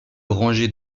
rangées